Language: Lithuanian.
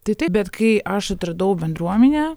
tai taip bet kai aš atradau bendruomenę